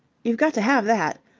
you've got to have that.